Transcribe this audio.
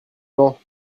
vent